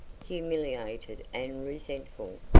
humiliated and resentful,